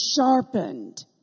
sharpened